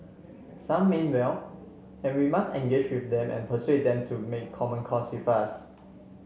some mean well and we must engage with them and persuade them to make common cause with us